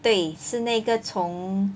对是那个从